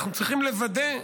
אנחנו צריכים לוודא,